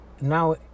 now